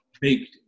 Baked